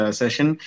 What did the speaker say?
session